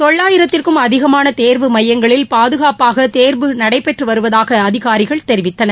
தொள்ளாயிரத்துக்கும் அதிகமான தேர்வு மையங்களில் பாதுகாப்பாக தேர்வு நடைபெற்று வருவதாக அதிகாரிகள் தெரிவித்தனர்